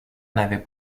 n’avait